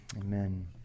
Amen